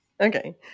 Okay